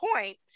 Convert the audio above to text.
point